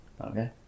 okay